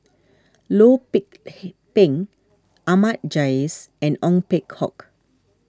Loh Pik Peng Ahmad Jais and Ong Peng Hock